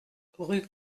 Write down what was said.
rue